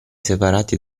separati